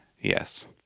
yes